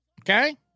Okay